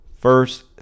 first